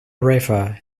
river